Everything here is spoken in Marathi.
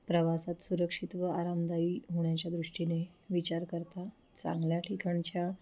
प्रवासात सुरक्षित व आरामदायी होण्याच्या दृष्टीने विचार करता चांगल्या ठिकाणच्या